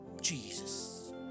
Jesus